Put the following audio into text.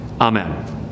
Amen